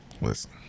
Listen